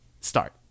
start